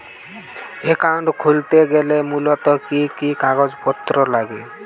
Account খুলতে গেলে মূলত কি কি কাগজপত্র লাগে?